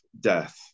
death